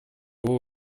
его